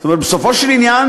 בסופו של עניין